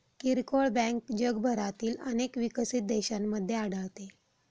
किरकोळ बँक जगभरातील अनेक विकसित देशांमध्ये आढळते